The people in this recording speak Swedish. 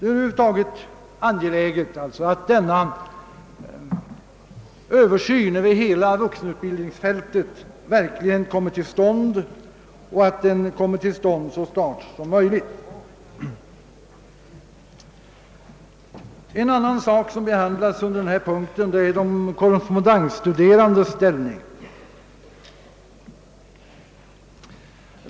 Över huvud taget är det alltså angeläget att denna översyn över hela vuxenutbildningsfältet verkligen kommer till stånd och det så snart som möjligt. En annan sak som behandlats under denna punkt är de korrespondensstuderandes ställning.